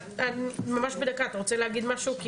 אתה רוצה להגיד עוד משהו ממש בדקה על היחידה הזאת?